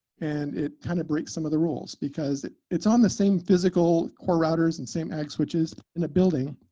and it kind of break some of the rules because it's on the same physical core routers and same x, which is in a building,